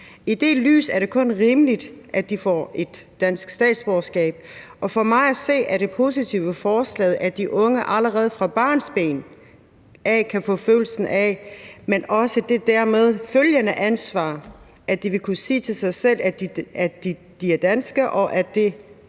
I det lys er det kun rimeligt, at de får et dansk statsborgerskab, og for mig at se er det positive ved forslaget, at de unge allerede fra barnsben kan få følelsen af – men også det deraf følgende ansvar – at de vil kunne sige til sig selv, at de bliver danskere, og at det her er